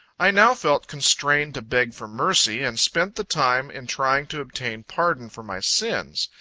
i now felt constrained to beg for mercy, and spent the time in trying to obtain pardon for my sins.